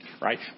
Right